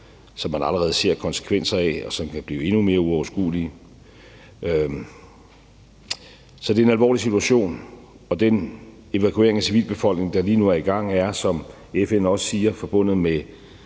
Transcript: som man allerede ser konsekvenser af, og de kan blive endnu mere uoverskuelige. Så det er en alvorlig situation, og den evakuering af civilbefolkningen, der lige nu er i gang, er, som FN også siger, forbundet med